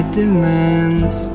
demands